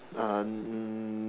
uh